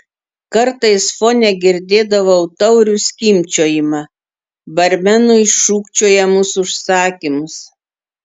kartais fone girdėdavau taurių skimbčiojimą barmenui šūkčiojamus užsakymus